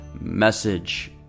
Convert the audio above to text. message